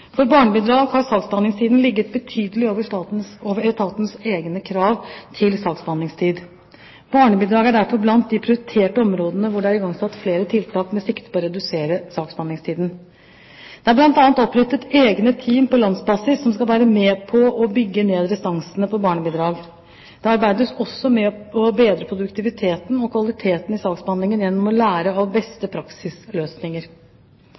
For barnebidrag har saksbehandlingstiden ligget betydelig over etatens egne krav til saksbehandlingstid. Barnebidrag er derfor blant de prioriterte områdene hvor det er igangsatt flere tiltak med sikte på å redusere saksbehandlingstidene. Det er på landsbasis bl.a. opprettet egne team som skal være med på å bygge ned restansene på barnebidrag. Det arbeides også med å bedre produktiviteten og kvaliteten i saksbehandlingen gjennom å lære av